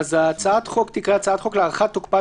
הצעת החוק תיקרא "הצעת חוק להארכת תוקפן